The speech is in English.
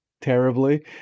terribly